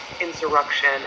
insurrection